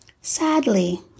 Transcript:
Sadly